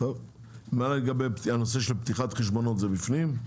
מה לגבי הנושא של פתיחת חשבונות, זה בפנים?